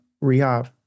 rehab